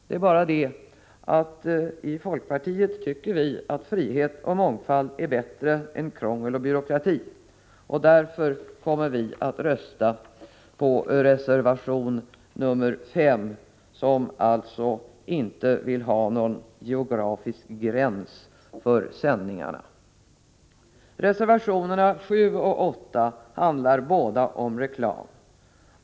Det är bara det att vi inom folkpartiet tycker att frihet och mångfald är bättre än krångel och byråkrati. Därför kommer vi att rösta på reservation 5, där motionärerna alltså inte vill ha någon geografisk gräns för sändningarna. Reservationerna 7 och 8 handlar båda om reklam.